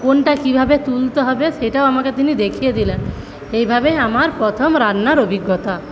কোনটা কীভাবে তুলতে হবে সেটাও আমাকে তিনি দেখিয়ে দিলেন এইভাবে আমার প্রথম রান্নার অভিজ্ঞতা